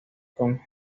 con